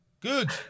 Good